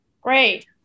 Great